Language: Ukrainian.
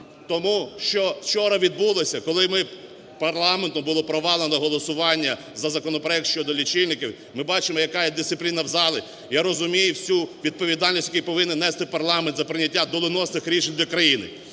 Тому що вчора відбулося, коли парламентом було провалено голосування за законопроект щодо лічильників, ми бачимо, яка є дисципліна у залі. Я розумію всю відповідальність, яку повинен нести парламент за прийняття доленосних рішень для країни.